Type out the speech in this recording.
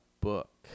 book